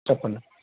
చెప్పండి